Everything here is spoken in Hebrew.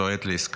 זו העת לעסקה